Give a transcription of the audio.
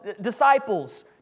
disciples